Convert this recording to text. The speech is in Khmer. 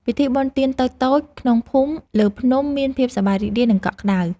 ពិធីបុណ្យទានតូចៗក្នុងភូមិលើភ្នំមានភាពសប្បាយរីករាយ និងកក់ក្ដៅ។